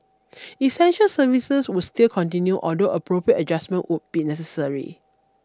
essential services would still continue although appropriate adjustments would be necessary